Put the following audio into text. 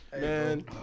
Man